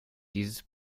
dieses